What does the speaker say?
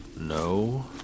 No